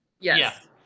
Yes